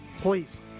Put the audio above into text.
Please